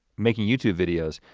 making youtube videos.